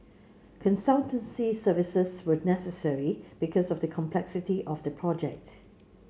consultancy services were necessary because of the complexity of the project